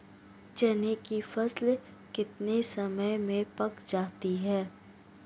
चने की फसल कितने समय में पक जाती है?